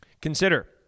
Consider